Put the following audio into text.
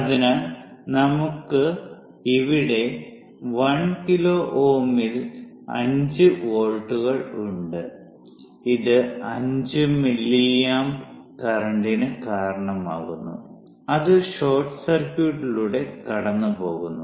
അതിനാൽ ഇവിടെ നമുക്ക് 1 കിലോ Ω ൽ 5 വോൾട്ടുകൾ ഉണ്ട് ഇത് 5 മില്ലിയാമ്പ് കറന്റിന് കാരണമാകുന്നു അത് ഷോർട്ട് സർക്യൂട്ടിലൂടെ കടന്നുപോകുന്നു